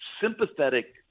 sympathetic